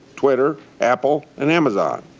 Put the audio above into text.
twitter, apple and amazon.